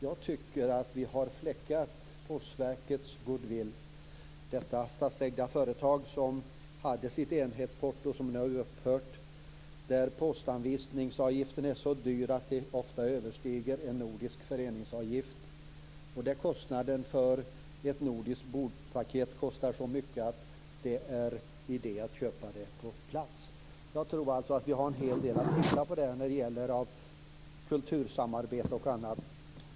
Jag tycker att vi har fläckat postverkets goodwill, detta statsägda företag som hade sitt enhetsporto, som nu har upphört, där postanvisningsavgiften är så dyr att den överstiger en nordisk föreningsavgift och där kostnaden för ett nordisk bokpaket är så stor att det är idé att köpa böckerna på plats. Jag tror att vi har en hel del att titta på när det gäller kultursamarbetet och annat.